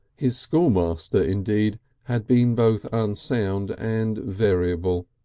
his schoolmaster indeed had been both unsound and variable.